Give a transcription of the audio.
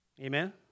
Amen